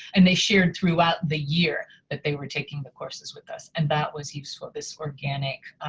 and they shared throughout the year that they were taking the courses with us, and that was useful for this organic